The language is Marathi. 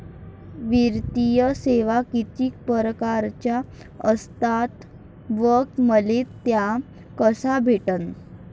वित्तीय सेवा कितीक परकारच्या असतात व मले त्या कशा भेटन?